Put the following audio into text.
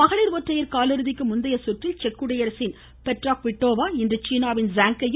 மகளிர் ஒற்றையர் கால் இறுதிக்கு முந்தைய சுற்றில் செக் குடியரசின் பெட்ரா க்விட்டோவா இன்று சீனாவின் ஸாங்கையும்